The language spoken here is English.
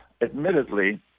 admittedly